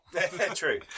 True